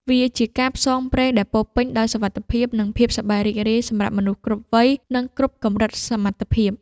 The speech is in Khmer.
វាជាការផ្សងព្រេងដែលពោរពេញដោយសុវត្ថិភាព និងភាពសប្បាយរីករាយ សម្រាប់មនុស្សគ្រប់វ័យ និងគ្រប់កម្រិតសមត្ថភាព។